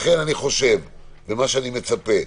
לכן, מה שאני מצפה,